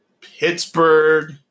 Pittsburgh